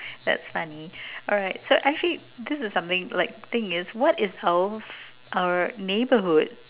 that's funny alright so actually this is something like the thing is what is our our neighbourhood